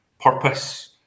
purpose